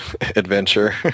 adventure